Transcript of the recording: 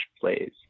plays